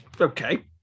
Okay